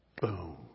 boom